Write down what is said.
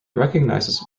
recognizes